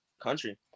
country